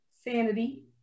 sanity